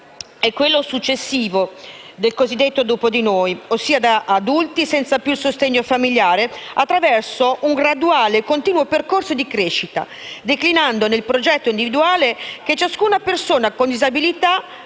e quello successivo del cosiddetto "dopo di noi", ossia da adulti senza più il sostegno familiare, attraverso un graduale e continuo percorso di crescita, declinandone il progetto individuale che ciascuna persona con disabilità,